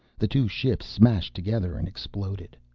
the two ships smashed together and exploded.